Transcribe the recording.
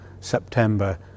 September